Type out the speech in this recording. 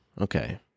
okay